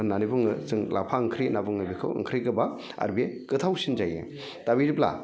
होननानै बुङो जों लाफा ओंख्रि होनना बुङो बेखौ ओंख्रि गोबाब आरो बे गोथावसिन जायो दा बिदिब्ला